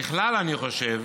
ככלל, אני חושב